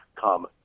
come